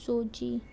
सोजी